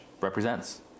represents